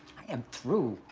i am through,